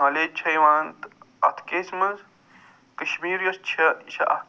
knowledge چھےٚ یِوان تہٕ اتھ کیسہِ منٛز کشمیٖر یۄس چھِ یہِ چھِ اکھ